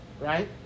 right